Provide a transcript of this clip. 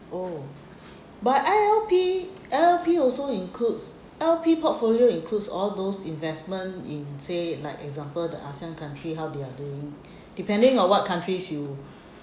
oh but I_L_P I_L_P also includes I_L_P portfolio includes all those investment in say like example the asian country how they are doing depending on what countries you